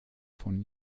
von